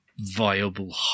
viable